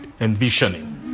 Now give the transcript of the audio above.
envisioning